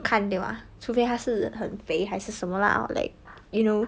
看对吧除非他是很肥还是什么 lah or like you know